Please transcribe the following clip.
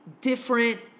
different